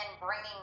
bringing